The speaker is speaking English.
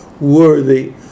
worthy